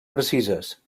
precises